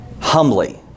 humbly